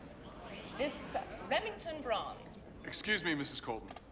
is remington bronze excuse me, mrs. colton.